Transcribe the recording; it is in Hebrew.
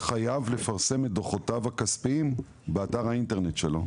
חייב לפרסם את דוחותיו הכספיים באתר האינטרנט שלו,